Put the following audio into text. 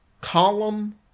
column